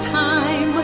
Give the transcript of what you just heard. time